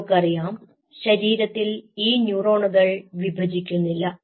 നമുക്കറിയാം ശരീരത്തിൽ ഈ ന്യൂറോണുകൾ വിഭജിക്കുന്നില്ല